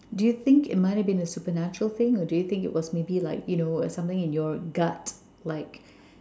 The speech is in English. do you think it might have been a supernatural thing or do you think it was maybe like you know something in your gut like